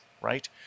right